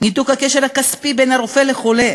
ניתוק הקשר הכספי בין הרופא לחולה,